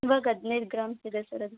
ಇವಾಗ ಹದಿನೈದು ಗ್ರಾಮ್ಸ್ ಇದೆ ಸರ್ ಅದು